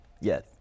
Yes